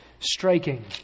Striking